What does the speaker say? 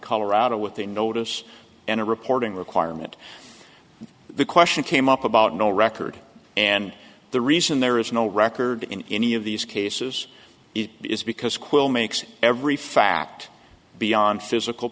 colorado with a notice and a reporting requirement the question came up about no record and the reason there is no record in any of these cases it is because quil makes every fact beyond physical